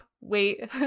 wait